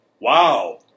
Wow